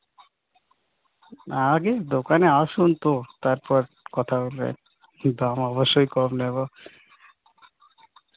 আগে দোকানে আসুন তো তারপর কথা হবে দাম অবশ্যই কম নেবো